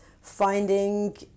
finding